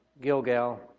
Gilgal